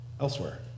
elsewhere